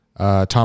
Tom